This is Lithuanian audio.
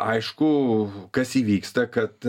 aišku kas įvyksta kad